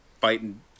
fighting